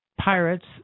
pirates